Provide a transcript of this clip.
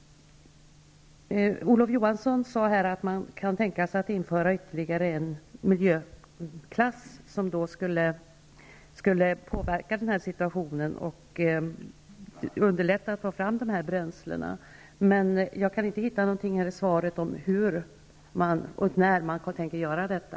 Olof Johansson sade här att man kan tänka sig att införa ytterligare en miljöklass, som skulle påverka situationen och underlätta framtagandet av bränslena i fråga. Men jag kan inte se att det står något i svaret om hur och när man tänker göra detta.